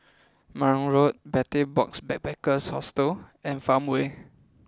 Marang Road Betel Box Backpackers Hostel and Farmway